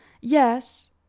Yes